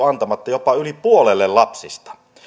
antamatta jopa yli puolelle lapsista